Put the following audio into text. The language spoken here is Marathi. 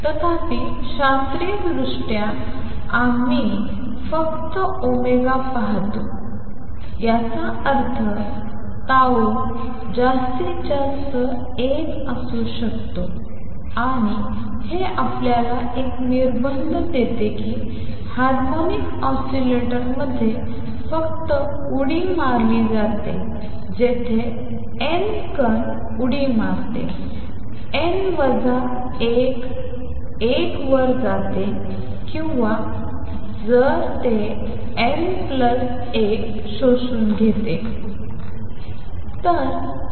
तथापि शास्त्रीयदृष्ट्या आम्ही फक्त ओमेगा पाहतो याचा अर्थ ताओ जास्तीत जास्त एक असू शकतो आणि हे आपल्याला एक निर्बंध देते की हार्मोनिक ऑसीलेटरमध्ये फक्त उडी मारली जाते जेथे n कण उडी मारते n n वजा 1 वर जाते किंवा जर ते एन प्लस 1 शोषून घेते